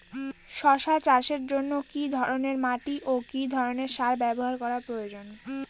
শশা চাষের জন্য কি ধরণের মাটি ও কি ধরণের সার ব্যাবহার করা প্রয়োজন?